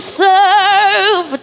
serve